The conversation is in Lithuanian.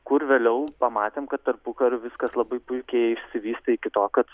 kur vėliau pamatėm kad tarpukariu viskas labai puikiai išsivystė iki to kad